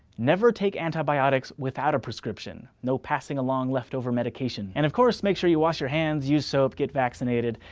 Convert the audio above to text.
never take antibiotics without a prescription. no passing along left-over medication. and of course make sure you wash your hands, use soap, get vaccinated.